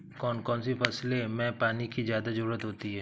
कौन कौन सी फसलों में पानी की ज्यादा ज़रुरत होती है?